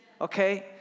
okay